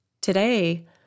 Today